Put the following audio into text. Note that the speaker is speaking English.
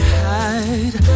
hide